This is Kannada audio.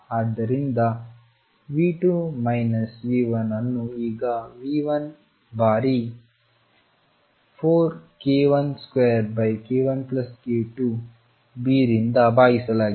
ಆದ್ದರಿಂದ v2 ಮೈನಸ್ v1 ಅನ್ನು ಈಗ v1 ಬಾರಿ 4k12 k1k22bರಿಂದ ಭಾಗಿಸಲಾಗಿದೆ